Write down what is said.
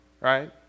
Right